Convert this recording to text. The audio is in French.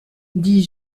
dit